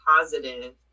positive